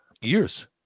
years